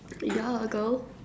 ya girl